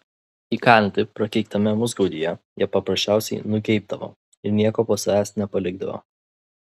įkalinti prakeiktame musgaudyje jie paprasčiausiai nugeibdavo ir nieko po savęs nepalikdavo